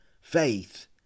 faith